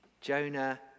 Jonah